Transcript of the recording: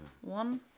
One